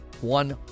One